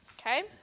okay